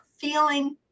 feeling